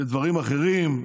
לדברים אחרים?